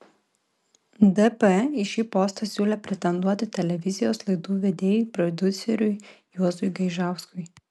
dp į šį postą siūlė pretenduoti televizijos laidų vedėjui prodiuseriui juozui gaižauskui